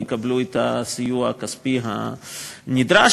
יקבלו את הסיוע הכספי הנדרש,